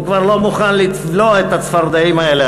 הוא כבר לא מוכן לבלוע את הצפרדעים האלה.